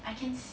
I can see